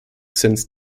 since